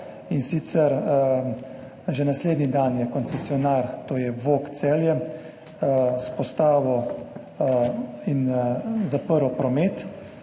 in sicer je že naslednji dan koncesionar, to je VO-KA Celje, vzpostavil in zaprl promet.